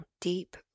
deep